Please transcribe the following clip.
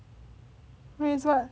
means what